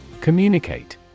Communicate